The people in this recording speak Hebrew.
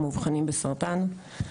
מאובחנים בסרטן.